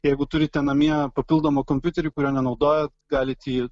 jeigu turite namie papildomą kompiuterį kurio nenaudojat galit jį